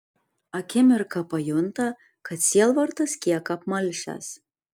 akimirką pajunta kad sielvartas kiek apmalšęs